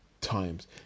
times